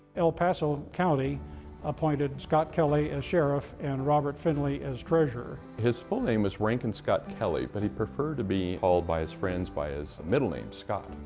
el paso county appointed scott kelley as sheriff and robert finley as treasurer. his full name is rankin scott kelley but he preferred to be called by his friends by his middle name, scott.